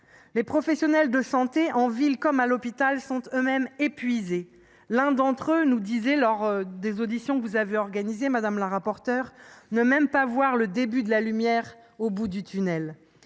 Les professionnels de santé, en ville comme à l’hôpital, sont eux mêmes épuisés. L’un d’entre eux nous disait, lors des auditions organisées par la rapporteure, ne même pas voir « le début de la lumière au bout du tunnel ».